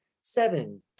seven